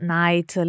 night